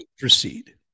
proceed